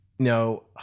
No